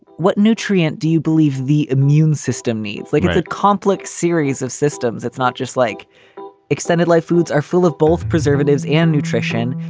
what nutrient do you believe the immune system needs? like it's a complex series of systems. it's not just like extended life foods are full of both preservatives and nutrition.